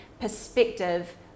perspective